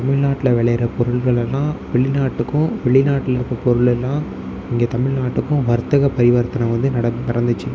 தமிழ்நாட்டில் விளையிற பொருள்களெல்லாம் வெளிநாட்டுக்கும் வெளிநாட்டில் இருக்க பொருளெல்லாம் இங்கே தமிழ்நாட்டுக்கும் வர்த்தக பரிவர்த்தனை வந்து நட நடந்துச்சு